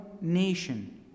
nation